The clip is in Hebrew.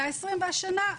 120. השנה,